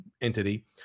entity